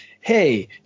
Hey